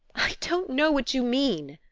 i don't know what you mean.